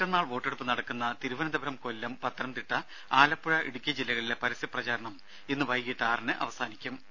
മറ്റന്നാൾ വോട്ടെടുപ്പ് നടക്കുന്ന തിരുവനന്തപുരം കൊല്ലം പത്തനംതിട്ട ആലപ്പുഴ ഇടുക്കി ജില്ലകളിലെ പരസ്യ പ്രചാരണം ഇന്ന് വൈകീട്ട് ആറിന് അവസാനിക്കും